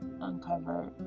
uncover